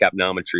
capnometry